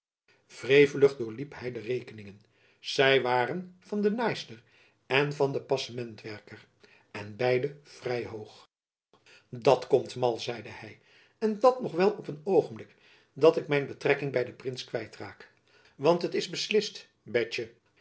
wrevelig doorliep hy de rekeningen zy waren van de naaister en van den passementwerker en beide vrij hoog dat komt mal zeide hy en dat nog wel op een oogenblik dat ik mijn betrekking by den prins kwijt raak want het is beslist betjen